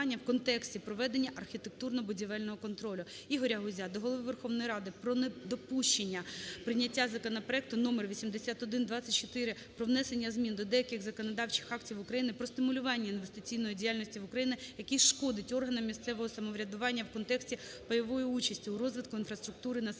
в контексті проведення архітектурно-будівельного контролю. ІгоряГузя до Голови Верховної Ради про недопущення прийняття законопроекту № 8124 "Про внесення змін до деяких законодавчих актів України щодо стимулювання інвестиційної діяльності в Україні", який шкодить органам місцевого самоврядування в контексті пайової участі у розвитку інфраструктури населених